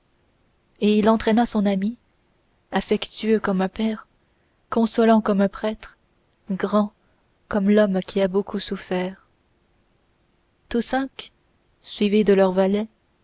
et il entraîna son ami affectueux comme un père consolant comme un prêtre grand comme l'homme qui a beaucoup souffert tous cinq suivis de leurs valets